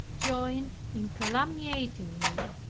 joined in calumniating me,